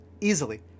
easily